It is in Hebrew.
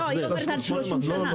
לא, היא אומרת עד 30 שנה.